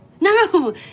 No